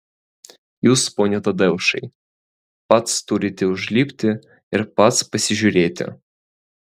jūs pone tadeušai pats turite užlipti ir pats pasižiūrėti